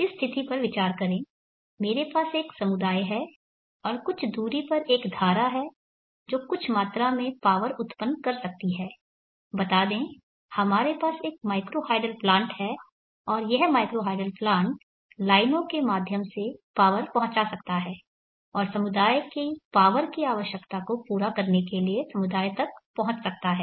इस स्थिति पर विचार करें मेरा पास एक समुदाय है और कुछ दूरी पर एक धारा है जो कुछ मात्रा में पावर उत्पन्न कर सकती है बता दें हमारे पास एक माइक्रो हाइडल प्लांट है और यह माइक्रो हाइडल प्लांट लाइनों के माध्यम से पावर पहुंचा सकता है और समुदाय की पावर की आवश्यकता को पूरा करने के लिए समुदाय तक पहुंच सकता है